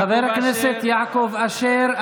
חבר כנסת יעקב אשר,